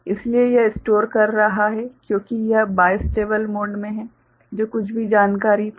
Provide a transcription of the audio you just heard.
इसलिए यह स्टोर कर रहा है क्योंकि यह बिस्टेबल मोड में है जो कुछ भी जानकारी थी